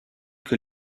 que